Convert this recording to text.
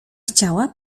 chciała